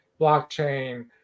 blockchain